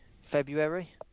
February